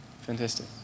fantastic